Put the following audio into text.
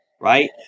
right